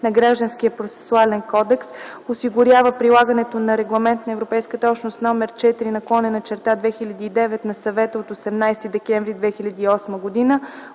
на Гражданския процесуален кодекс осигурява прилагането на регламент на Европейската общност № 4/2009 на Съвета от 18 декември 2008 г.